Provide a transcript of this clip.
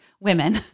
women